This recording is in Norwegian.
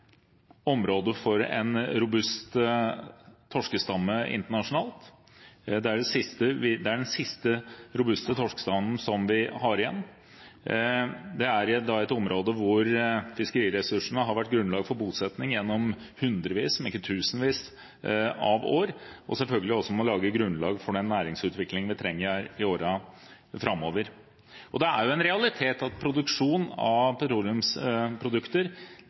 området for en robust torskestamme internasjonalt – det er den siste robuste torskestammen som vi har igjen. Det er i et område hvor fiskeriressursene har vært grunnlag for bosetting gjennom hundrevis, om ikke tusenvis, av år, og som selvfølgelig også må danne grunnlag for den næringsutviklingen vi trenger i årene framover. Det er en realitet at produksjon av petroleumsprodukter